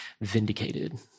vindicated